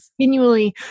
continually